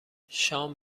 شام